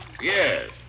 Yes